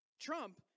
Trump